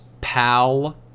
pal